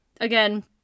Again